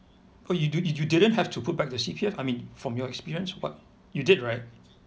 oh you do you didn't have to put back the C_P_F I mean from your experience what you did right